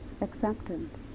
acceptance